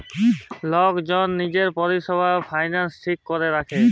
lock জল লিজের পারসলাল ফিলালস ঠিক ক্যরে রাখে